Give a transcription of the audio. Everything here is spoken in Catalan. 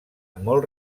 molt